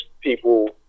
people